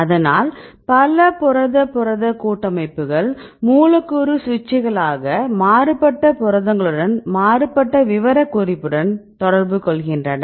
அதனால் பல புரத புரத கூட்டமைப்புகள் மூலக்கூறு சுவிட்சுகளாக மாறுபட்ட புரதங்களுடன் மாறுபட்ட விவரக்குறிப்புடன் தொடர்பு கொள்கின்றன